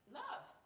love